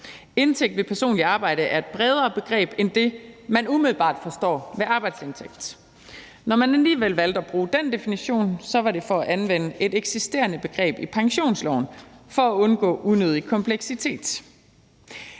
Indtægt ved personligt arbejde er et bredere begreb end det, man umiddelbart forstår ved arbejdsindtægt. Når man alligevel valgte at bruge den definition, var det for at anvende et eksisterende begreb i pensionsloven for at undgå unødig kompleksitet.